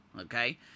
okay